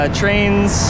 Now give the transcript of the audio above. trains